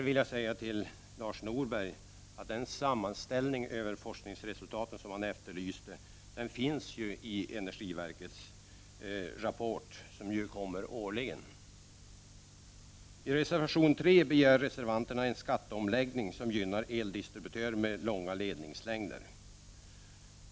Till Lars Norberg vill jag säga att den sammanställning av forskningsresultaten som han efterlyste finns i energiverkets rapport, som kommer årligen. I reservation 3 begär reservanterna en skatteomläggning som gynnar eldistributörer med långa ledningslängder.